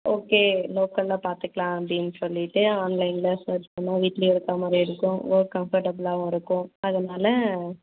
okay லோக்கலில் பார்த்துக்கலாம் அப்படின்னு சொல்லிவிட்டு ஆன்லைனில் சர்ச் பண்ணிணேன் வீட்டிலே இருக்கற மாதிரியும் இருக்கும் ஒர்க் கம்ஃபர்டபுளாகவும் இருக்கும் அதனால